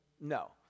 No